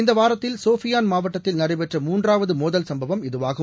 இந்தவாரத்தில் சோஃபியான் மாவட்டத்தில் நடைபெற்ற மூன்றாவதுமோதல் சும்பவம் இதுவாகும்